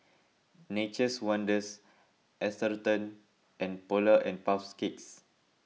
Nature's Wonders Atherton and Polar and Puff Cakes